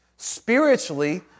Spiritually